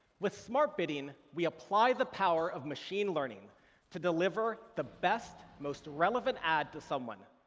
with smart bidding, we apply the power of machine learning to deliver the best, most relevant ad to someone,